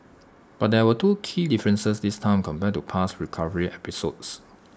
but there were two key differences this time compared to past recovery episodes